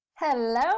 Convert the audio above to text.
Hello